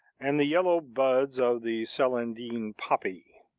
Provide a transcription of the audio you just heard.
and the yellow buds of the celandine poppy.